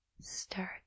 start